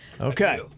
Okay